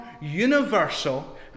universal